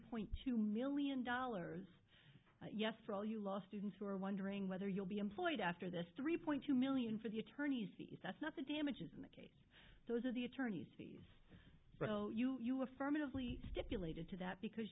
point two million dollars yes for all you law students who are wondering whether you'll be employed after this three point two million for the attorneys fees that's not the damages in that case those are the attorney's fees but you affirmatively stipulated to that because